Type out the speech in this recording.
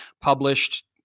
published